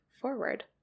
forward